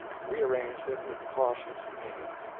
and rearranged it with cautious pains,